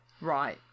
right